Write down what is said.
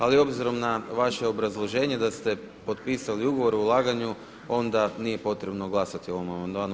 Ali obzirom na vaše obrazloženje da ste potpisali ugovor o ulaganju onda nije potrebno glasati o ovom amandmanu.